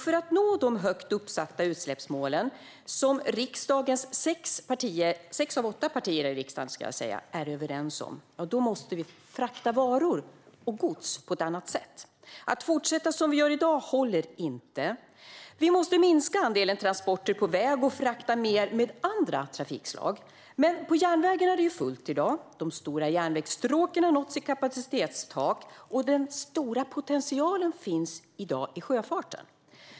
För att nå de högt uppsatta utsläppsmålen som sex av åtta partier i riksdagen är överens om måste vi frakta varor och gods på ett annat sätt. Att fortsätta som vi gör i dag håller inte. Vi måste minska andelen transporter på väg och frakta mer med andra trafikslag. Men på järnvägarna är det fullt i dag. De stora järnvägsstråken har nått sitt kapacitetstak, och den stora potentialen finns i dag i sjöfarten.